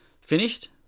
finished